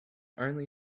only